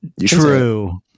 True